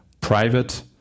private